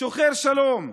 שוחר שלום,